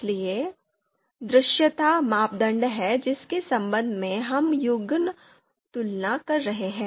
इसलिए दृश्यता मापदंड है जिसके संबंध में हम युग्मक तुलना कर रहे हैं